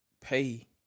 pay